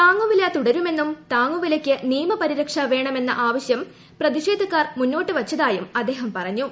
താങ്ങുവില തുടരുമെന്നും താങ്ങുവിലയ്ക്ക് നിയമപരിരക്ഷ വേണമെന്ന ആവശ്യം പ്രതിഷേധക്കാർ മുന്നോട്ടു വച്ചതായും അദ്ദേഹം പറഞ്ഞു